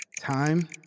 Time